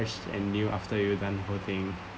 and new after you've done whole thing